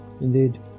indeed